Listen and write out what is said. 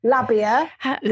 Labia